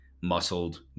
muscled